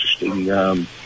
interesting